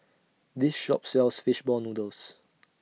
This Shop sells Fish Ball Noodles